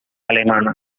alemana